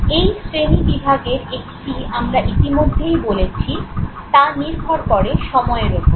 এই শ্রেণীবিভাগের একটি আমরা ইতিমধ্যেই বলেছি তা নির্ভর করে সময়ের ওপর